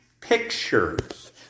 pictures